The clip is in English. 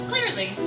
Clearly